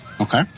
okay